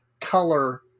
color